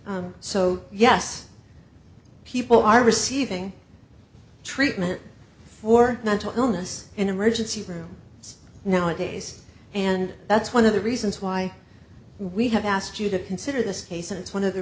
condition so yes people are receiving treatment for mental illness and emergency room nowadays and that's one of the reasons why we have asked you to consider this case and one of the